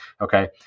Okay